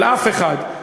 של אף אחד.